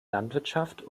landwirtschaft